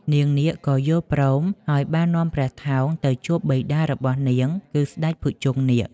នាងនាគក៏យល់ព្រម ហើយបាននាំព្រះថោងទៅជួបបិតារបស់នាង គឺស្ដេចភុជង្គនាគ។